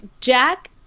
Jack